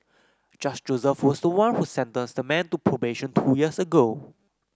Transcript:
Judge Joseph was the one who sentenced the man to probation two years ago